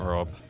Rob